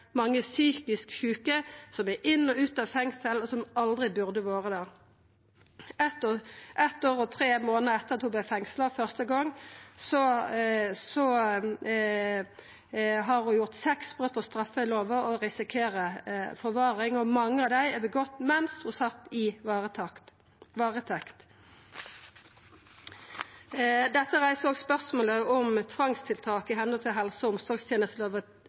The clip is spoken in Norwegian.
mange psykisk sjuke som er inn og ut av fengsel, og som aldri burde vore der. Eit år og tre månader etter at ho vart fengsla første gong, har ho hatt seks brot på straffelova og risikerer forvaring – mange av brota mens ho sat i varetekt. Dette har òg reist spørsmålet om tvangstiltak etter helse- og omsorgstenestelova